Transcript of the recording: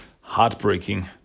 heartbreaking